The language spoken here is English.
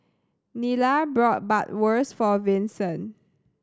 Nila brought Bratwurst for Vincent